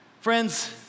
Friends